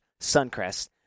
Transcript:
Suncrest